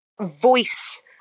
voice